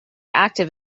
active